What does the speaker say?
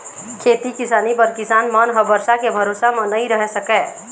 खेती किसानी बर किसान मन ह बरसा के भरोसा म नइ रह सकय